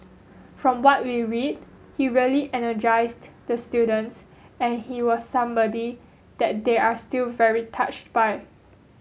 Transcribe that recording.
from what we read he really energized the students and he was somebody that they are still very touched by